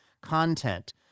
content